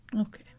Okay